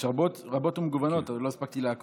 יש רבות ומגוונות, עוד לא הספקתי לעקוב.